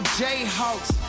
jayhawks